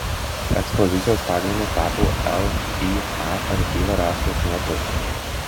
ekspozicijos pagrindu tapo lya archyve rastos nuotraukos